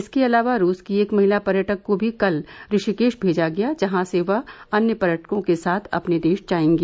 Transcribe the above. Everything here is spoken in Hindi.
इसके अलावा रूस की एक महिला पर्यटक को भी कल ऋषिकेश भेजा गया जहां से वह अन्य पर्यटकों के साथ अपने देश जाएगी